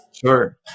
Sure